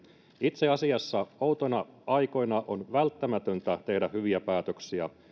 itse asiassa outoina aikoina on välttämätöntä tehdä hyviä päätöksiä